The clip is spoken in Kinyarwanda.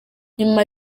nyuma